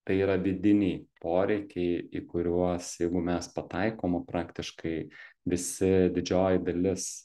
tai yra vidiniai poreikiai į kuriuos jeigu mes pataikom o praktiškai visi didžioji dalis